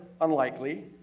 unlikely